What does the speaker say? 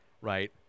right